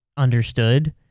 understood